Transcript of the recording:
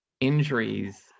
injuries